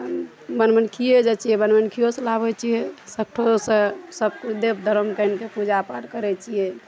बनमनखिये जाइ छियै बनमनखियो सऽ लाबै छियै सबठाम सऽ सबकिछु देब धर्मके आनि कऽ पूजा पाठ करै छियै